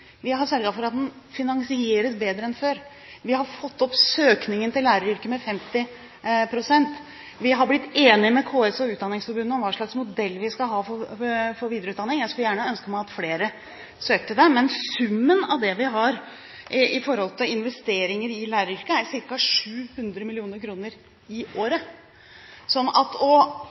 Vi har sørget for at den finansieres bedre enn før. Vi har fått opp søkningen til læreryrket med 50 pst. Vi har blitt enige med KS og Utdanningsforbundet om hva slags modell vi skal ha for videreutdanning. Jeg skulle gjerne ønske at man hadde hatt flere søkere. Men summen av det vi har i forhold til investeringer i læreryrket, er ca. 700 mill. kr i året.